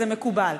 זה מקובל.